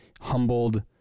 humbled